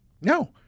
No